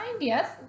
Yes